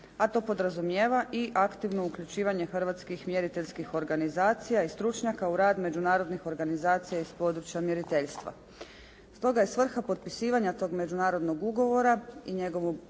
a to podrazumijeva i aktivno uključivanje hrvatskih mjeriteljskih organizacija i stručnjaka u rad međunarodnih organizacija iz područja mjeriteljstva. Stoga je svrha potpisivanja tog međunarodnog ugovora i njegovo